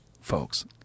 Folks